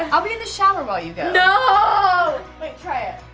and i'll be in the shower while you go. no! wait, try it.